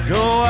go